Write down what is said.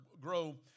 grow